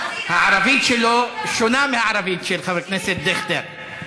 הערבית שלו שונה מהערבית של חבר הכנסת דיכטר.